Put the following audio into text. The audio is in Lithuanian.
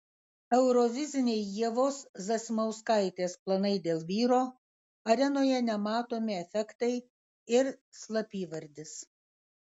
euroviziniai ievos zasimauskaitės planai dėl vyro arenoje nematomi efektai ir slapyvardis